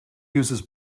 uses